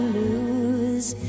lose